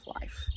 life